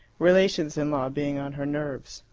relations-in-law being on her nerves.